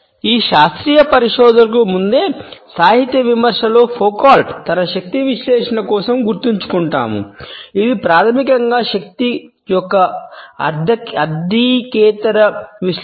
ఈ శాస్త్రీయ పరిశోధకులకు ముందే సాహిత్య విమర్శలో ఫౌకాల్ట్ తన శక్తి విశ్లేషణ కోసం గుర్తుంచుకుంటాము ఇది ప్రాథమికంగా శక్తి యొక్క ఆర్థికేతర విశ్లేషణ